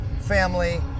family